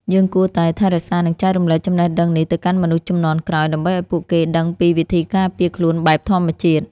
យើងគួរតែថែរក្សានិងចែករំលែកចំណេះដឹងនេះទៅកាន់មនុស្សជំនាន់ក្រោយដើម្បីឱ្យពួកគេដឹងពីវិធីការពារខ្លួនបែបធម្មជាតិ។